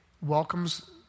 welcomes